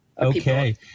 Okay